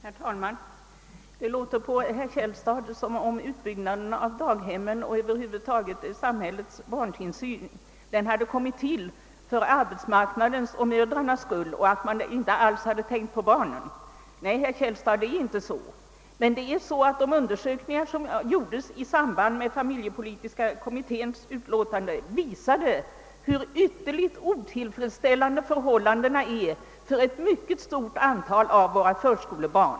Herr talman! Det låter på herr Källstad som om utbyggnaden av daghemmen och ökningen av samhällets barntillsyn hade tillkommit för arbetsmarknadens och mödrarnas skull och att man inte alls hade tänkt på barnen. Nej, herr Källstad, det förhåller sig tvärtom så att de undersökningar som gjorts i samband med familjepolitiska kommitténs betänkande visade hur ytterligt otillfredsställande förhållandena är för ett mycket stort antal av våra förskolebarn.